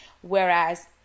Whereas